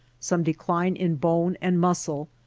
some decline in bone and muscle,